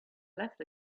left